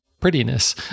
prettiness